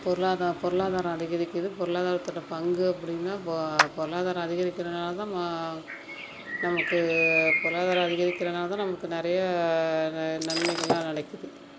பொருளாதார பொருளாதாரம் அதிகரிக்கிது பொருளாதாரத்தோடய பங்கு அப்படின்னா போ பொருளாதாரம் அதிகரிக்கிறனாலே தான் மா நமக்கு பொருளாதாரம் அதிகரிக்கிறனாலே தான் நமக்கு நிறைய ரே நன்மைகளெலாம் நிலைக்கிது